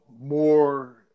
more